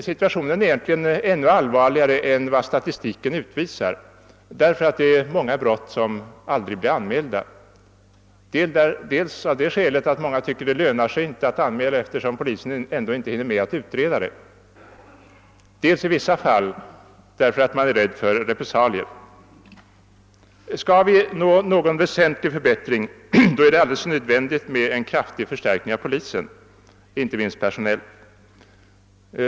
Situationen är egentligen ännu allvarligare än vad statistiken utvisar, därför att många brott aldrig blir anmälda dels av det skälet att man tror att det inte lönar sig att göra anmälan eftersom polisen inte hinner med utredningarna, dels i vissa fall av det skälet att man är rädd för repressalier. Skall vi nå någon väsentlig förbättring är det alldeles nödvändigt med en kraftig förstärkning av polisen, inte minst personellt.